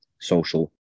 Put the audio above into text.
social